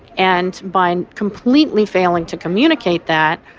and by completely failing to communicate that,